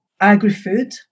agri-food